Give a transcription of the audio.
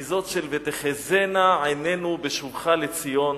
היא זאת של "ותחזינה עינינו בשובך לציון",